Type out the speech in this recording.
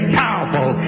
powerful